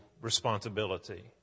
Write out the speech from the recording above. responsibility